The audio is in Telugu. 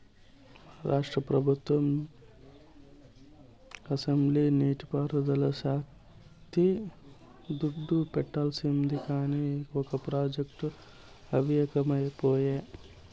మన రాష్ట్ర పెబుత్వం అసెంబ్లీల నీటి పారుదల శాక్కి దుడ్డు పెట్టానండాది, కానీ ఒక ప్రాజెక్టు అవ్యకపాయె